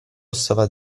stava